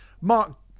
mark